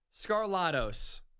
Scarlatos